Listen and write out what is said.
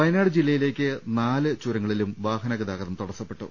വയനാട് ജില്ലയിലേക്ക് നാല് ചുരങ്ങളിലും വ്യാഹന ഗതാ ഗതം തടസ്സപ്പെട്ടു